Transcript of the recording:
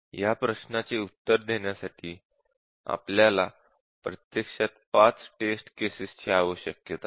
या प्रश्नाचे उत्तर देण्यासाठी आपल्याला प्रत्यक्षात 5 टेस्ट केसेस ची आवश्यकता आहे